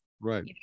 right